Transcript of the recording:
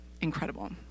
Incredible